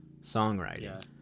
songwriting